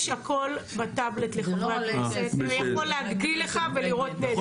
יש הכל בטאבלט, אתה יכול להגדיל לך את זה.